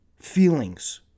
feelings